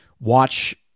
watch